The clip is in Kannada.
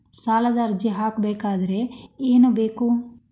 ಸಾಲದ ಅರ್ಜಿ ಹಾಕಬೇಕಾದರೆ ಏನು ಬೇಕು?